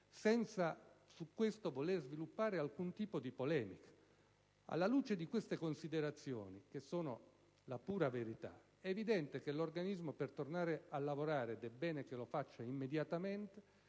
senza su questo voler sviluppare alcun tipo di polemica. Alla luce di queste considerazioni, che sono la pura verità, è evidente che l'organismo, per tornare a lavorare - ed è bene che lo faccia immediatamente